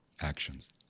actions